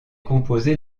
composé